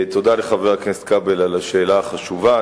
תודה לחבר הכנסת כבל על השאלה החשובה,